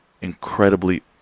incredibly